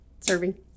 serving